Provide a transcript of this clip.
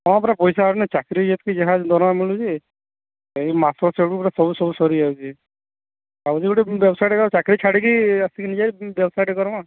ହଁ ପରା ପଇସା ଆର୍ ନାଇଁ ଚାକରି ଏଠି ଯାହା ଦରମା ମିଳୁଚି ଏଇ ମାସ ଶେଷ ବେଳକୁ ସବୁ ସବୁ ସରିଯାଉଚି ଭାବୁଚି ଗୋଟେ ବ୍ୟବସାୟଟେ ଚାକିରୀ ଛାଡ଼ିକି ଆସିକି ନିଜେ ବ୍ୟବସାୟଟେ କର୍ମା